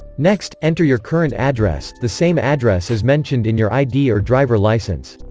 next, enter your current address, the same address as mentioned in your id or driver license